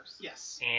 Yes